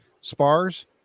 spars